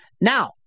Now